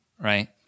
right